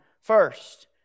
first